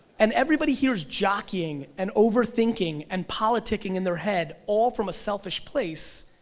and everybody here is jockeying, and overthinking, and politicing in their head all from a selfish place.